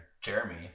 Jeremy